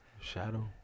Shadow